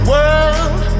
World